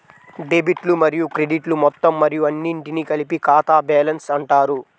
డెబిట్లు మరియు క్రెడిట్లు మొత్తం మరియు అన్నింటినీ కలిపి ఖాతా బ్యాలెన్స్ అంటారు